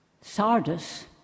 Sardis